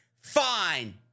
Fine